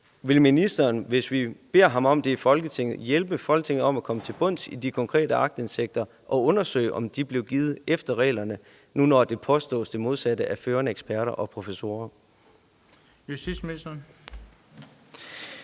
Vil ministeren, hvis vi beder ham om det i Folketinget, hjælpe Folketinget med at komme til bunds i de konkrete sager om aktindsigt og undersøge, om den blev givet efter reglerne, når der nu påstås det modsatte af førende eksperter og professorer?